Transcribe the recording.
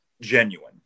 genuine